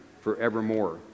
forevermore